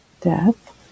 death